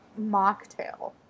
mocktail